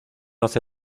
hace